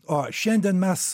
o šiandien mes